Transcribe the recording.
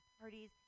parties